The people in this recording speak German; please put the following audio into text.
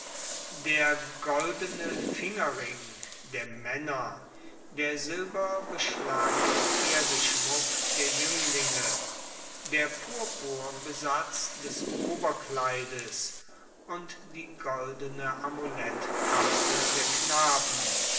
der goldene fingerring der maenner der silberbeschlagene pferdeschmuck der juenglinge der purpurbesatz des oberkleides und die goldene amulettkapsel der knaben